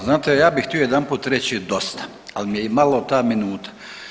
Znate ja bih htio jedanput reći dosta, ali mi je i malo ta minuta.